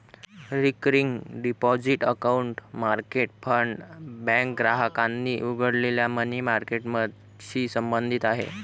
recurring deposit account market fund bank ग्राहकांनी उघडलेल्या money मार्केटशी संबंधित आहे